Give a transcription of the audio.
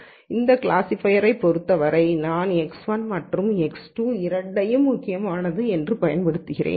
இந்த கிளாஸிஃபையரைப் பொறுத்தவரை நான் x1 மற்றும் x2 இரண்டையும் முக்கியமானது என்று பயன்படுத்துகிறேன்